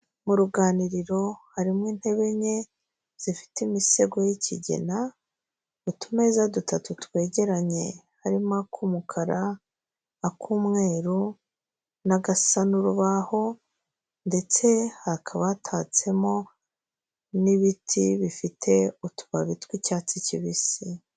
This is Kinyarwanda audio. Mu ruganiriro harimo intebe enye zifite imisego y'ikigina, utumeza dutatu twegeranye harimo ak'umukara, ak'umweru n'agasa n'urubaho ndetse hakaba hatatsemo n'ibiti bifite utubabi tw'icyatsi kibisi.